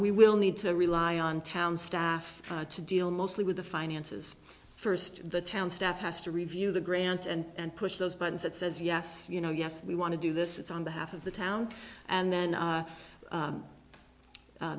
we will need to rely on town staff to deal mostly with the finances first the town staff has to review the grant and push those buttons that says yes you know yes we want to do this it's on behalf of the town and then